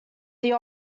there